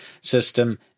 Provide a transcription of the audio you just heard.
system